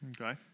Okay